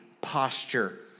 posture